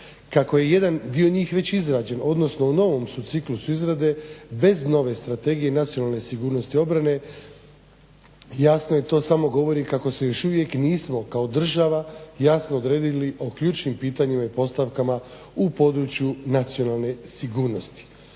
Kako je jedan dio njih već izrađen, odnosno u novom su ciklusu izrade bez nove Strategije nacionalne sigurnosti obrane jasno je to samo govori kako se još uvijek nismo kao država jasno odredili o ključnim pitanjima i postavkama u području nacionalne sigurnosti.